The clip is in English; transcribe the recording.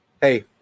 Hey